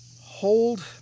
hold